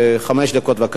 חמש דקות בבקשה.